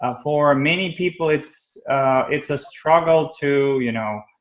um for many people it's it's a struggle to you know